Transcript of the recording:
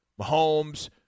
Mahomes